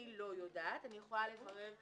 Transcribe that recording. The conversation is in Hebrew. אני לא יודעת, אני יכולה לברר,